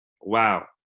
wow